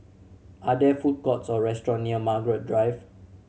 are there food courts or restaurant near Margaret Drive